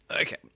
Okay